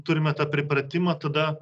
turime tą pripratimą tada